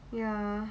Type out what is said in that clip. ya